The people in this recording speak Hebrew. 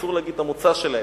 אסור להגיד את המוצא שלהם,